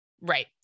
Right